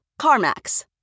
CarMax